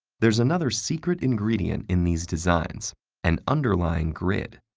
there's another secret ingredient in these designs an underlying grid.